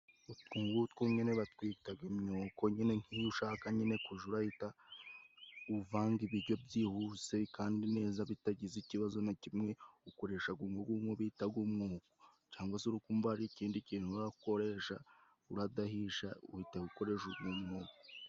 Utwongutwo nyine batwitaga imyuko, nyine nk'iyo ushaka nyine kuja urahita uvanga ibijyo byihuse kandi neza bitagize ikibazo na kimwe, ukoreshaga umugu mo bitaga umwuko, cangwa se uri kumva hari ikindi kintu urakoresha, uradahisha uhitaga ukoresha ugu mwuko.